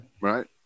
Right